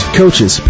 coaches